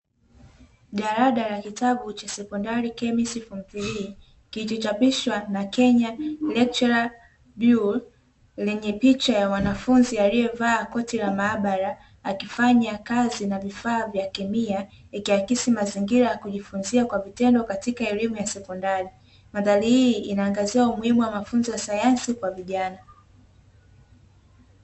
Jalada la kitabu cha sekondari,"CHEMISTRY "